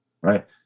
right